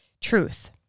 truth